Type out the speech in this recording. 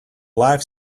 life